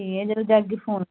एह् जिसलै जागे फोन